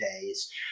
days